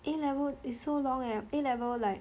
A level it's so long leh A level like